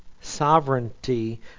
sovereignty